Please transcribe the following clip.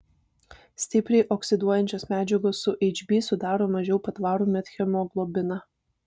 stipriai oksiduojančios medžiagos su hb sudaro mažiau patvarų methemoglobiną